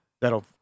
that'll